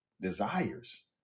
desires